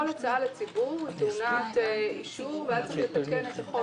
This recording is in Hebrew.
כל הצעה לציבור היא טעונת אישור והיה צריך לתקן את החוק.